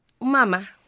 Mama